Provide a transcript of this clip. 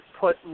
put